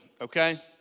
okay